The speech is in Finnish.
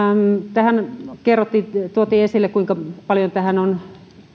tuotiin esille kuinka paljon